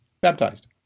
baptized